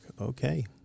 Okay